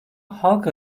halk